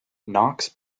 knox